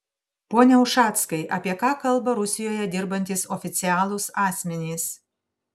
pone ušackai apie ką kalba rusijoje dirbantys oficialūs asmenys